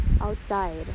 outside